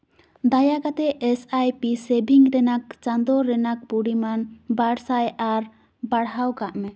ᱫᱟᱭᱟ ᱠᱟᱛᱮᱫ S I P ᱥᱮᱵᱷᱤᱝ ᱨᱮᱱᱟᱜ ᱪᱟᱸᱫᱚ ᱨᱮᱱᱟᱜ ᱯᱚᱨᱤᱢᱟᱱ ᱵᱟᱨ ᱥᱟᱭ ᱟᱨ ᱵᱟᱲᱦᱟᱣ ᱠᱟᱜ ᱢᱮ